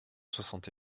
soixante